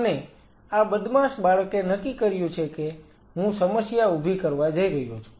અને આ બદમાશ બાળકે નક્કી કર્યું છે કે હું સમસ્યા ઉભી કરવા જઈ રહ્યો છું